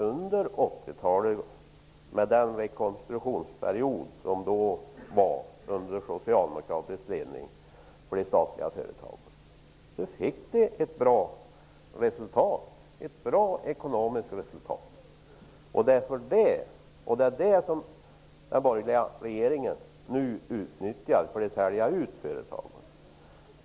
Under 80-talets rekonstruktion av de statliga företagen under socialdemokratisk ledning blev det ekonomiska resultatet bra. Det är detta som den borgerliga regeringen nu utnyttjar genom att sälja ut dessa företag.